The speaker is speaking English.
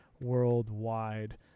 worldwide